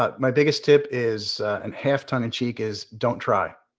but my biggest tip is, and half tongue-in-cheek, is don't try.